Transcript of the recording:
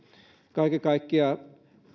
kaiken kaikkiaan